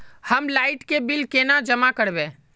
हम लाइट के बिल केना जमा करबे?